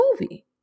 movie